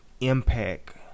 impact